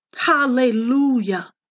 Hallelujah